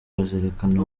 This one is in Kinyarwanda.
bazerekana